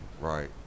right